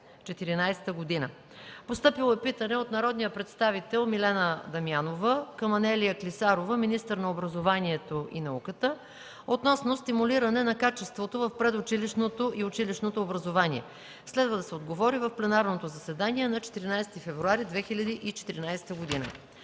2014 г.; - постъпило е питане от народния представител Милена Дамянова към Анелия Клисарова – министър на образованието и науката, относно стимулиране на качеството в предучилищното и училищното образование. Следва да се отговори в пленарното заседание на 14 февруари 2014 г.